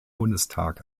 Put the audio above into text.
bundestag